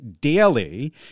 daily